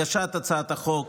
הגשת הצעת החוק